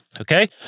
Okay